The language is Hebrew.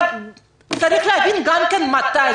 אבל צריך להבין גם כן מתי.